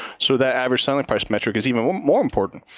so that average selling price metric is even more important.